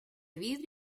vidrio